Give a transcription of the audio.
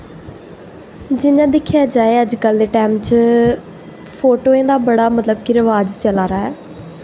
जि'यां दिक्खेआ जाए अज्ज कल दे टैम च फोटोएं दा बड़ा मतलब कि रवाज़ चला दा ऐ